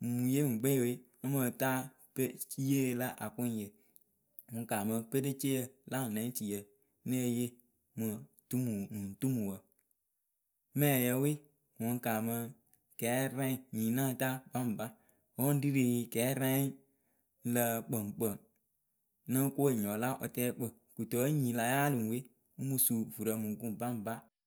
Nunuŋye ŋwɨkpe we ŋ mɨ ta pere yiyeeye la akʊŋyǝ ŋwɨ kaamɨ pereceeyǝ lanɛŋ tuiyǝ née yee. mɨ dumu nuŋtumuwǝ mɛɛyǝ we ŋwɨ ŋ kaamǝ kɛɛrɛŋ nyii náa taa baŋba wǝ ŋ ri rɨ kɛɛrɛŋ ŋ lǝ kpǝŋkpǝŋ no ko enyipǝ la wɨtɛɛkpǝ. Kɨto wǝ nyii la yaalɨ ŋwɨ we ŋ mɨ suvurǝ mɨ ku baŋba.